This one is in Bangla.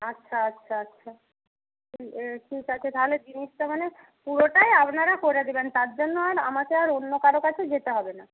আচ্ছা আচ্ছা আচ্ছা ঠিক আছে তাহলে জিনিসটা মানে পুরোটাই আপনারা করে দেবেন তার জন্য আর আমাকে আর অন্য কারও কাছে যেতে হবে না